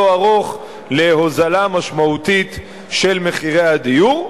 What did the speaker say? ארוך להוזלה משמעותית של מחירי הדיור.